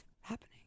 happening